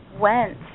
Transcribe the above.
went